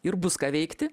ir bus ką veikti